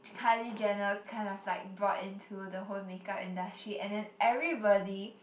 Kylie Jenner kind of like brought into the whole make up industry and then everybody